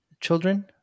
children